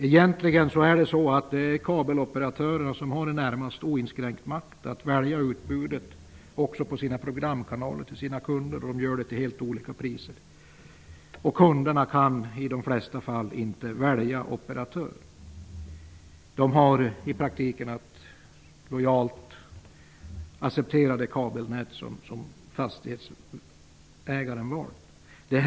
Egentligen har kabeloperatörerna en i det närmaste oinskränkt makt att välja utbud också på sina programkanaler till kunderna, och de gör det till helt olika priser. Kunderna kan i de flesta fall inte välja operatör utan har i praktiken att lojalt acceptera det kabelnät som fastighetsägaren har valt.